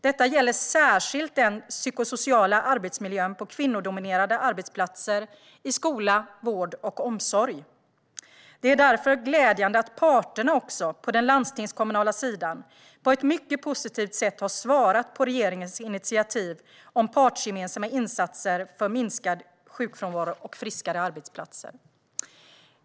Detta gäller särskilt den psykosociala arbetsmiljön på kvinnodominerade arbetsplatser i skola, vård och omsorg. Det är därför glädjande att parterna också på den landstingskommunala sidan på ett mycket positivt sätt har svarat på regeringens initiativ om partsgemensamma insatser för minskad sjukfrånvaro och friskare arbetsplatser.